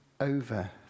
over